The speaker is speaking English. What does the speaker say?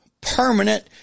permanent